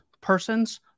persons